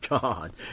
God